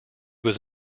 was